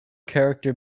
character